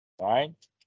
right